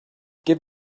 give